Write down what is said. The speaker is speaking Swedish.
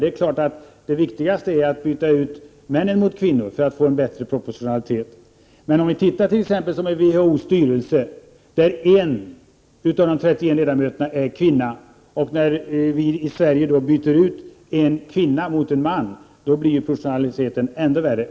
Det är klart att det för att få en bättre proportionalitet är viktigast att byta ut männen mot kvinnor. Vi kan exempelvis se på WHO:s styrelse där 1 av 31 ledamöter är kvinna. Om vi där byter ut en kvinna mot en man blir proportionaliteten ännu värre.